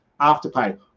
afterpay